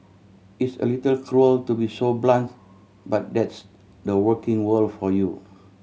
it's a little cruel to be so blunt but that's the working world for you